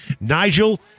Nigel